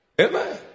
Amen